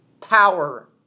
power